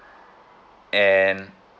and